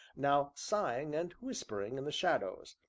now sighing and whispering in the shadows,